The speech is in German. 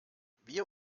wir